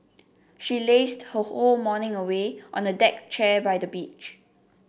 she lazed her whole morning away on a deck chair by the beach